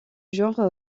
genre